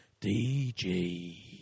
DG